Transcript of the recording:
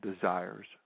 desires